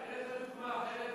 אין לך דוגמה אחרת?